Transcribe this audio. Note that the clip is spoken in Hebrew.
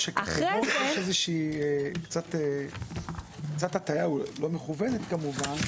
יש קצת הטעיה לא מכוונת כמובן,